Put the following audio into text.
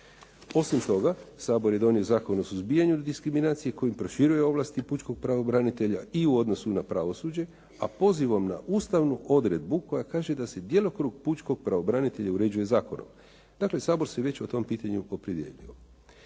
Osim toga, Sabor je donio Zakon o suzbijanju diskriminacije kojim proširuje ovlasti Pučkog pravobranitelja i u odnosu na pravosuđe, a pozivom na Ustavnu odredbu koja kaže da se djelokrug Pučkog pravobranitelja uređuje zakonom. Dakle, Sabor se već o tom pitanju opredijelio.